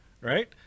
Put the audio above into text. Right